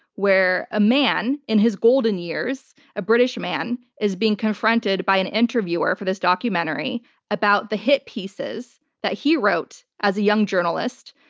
where a man in his golden years, a british man, is being confronted by an interviewer for this documentary about the hit pieces that he wrote as a young journalist,